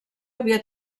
havia